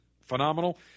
phenomenal